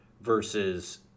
versus